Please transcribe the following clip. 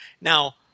now